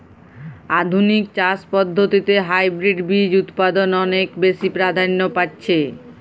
আধুনিক চাষ পদ্ধতিতে হাইব্রিড বীজ উৎপাদন অনেক বেশী প্রাধান্য পাচ্ছে